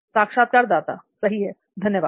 साक्षात्कारदाता सही है धन्यवाद